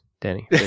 Danny